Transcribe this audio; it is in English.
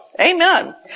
Amen